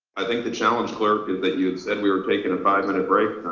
i think the challenge clerk is that you've said we were taking a five minute break.